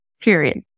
period